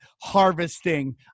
harvesting